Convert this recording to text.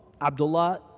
Abdullah